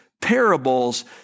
parables